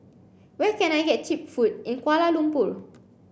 where can I get cheap food in Kuala Lumpur